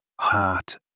heart